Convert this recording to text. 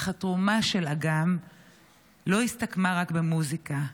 אך התרומה של אגם לא הסתפקה רק במוזיקה.